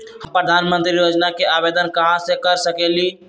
हम प्रधानमंत्री योजना के आवेदन कहा से कर सकेली?